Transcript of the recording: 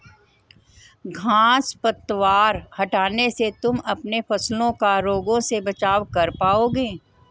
घांस पतवार हटाने से तुम अपने फसलों का रोगों से बचाव कर पाओगे